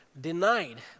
denied